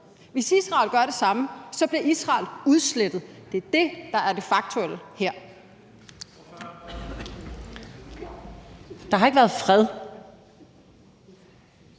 Hvis Israel gør det samme, bliver Israel udslettet. Det er det, der er det faktuelle her. Kl. 09:57 Første